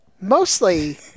Mostly